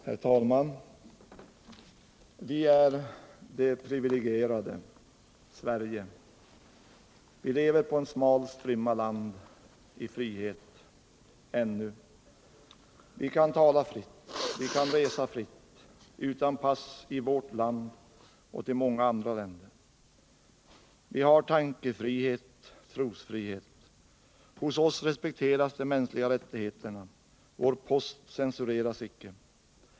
Herr talman! Vi är det privilegierade Sverige. Vi lever på en smal strimma land i frihet, ännu. Vi kan tala fritt. Vi kan resa fritt, utan pass i vårt land och till många andra länder. Vi har tankefrihet och trosfrihet. Hos oss respekteras de mänskliga rättigheterna. Vår post censureras icke.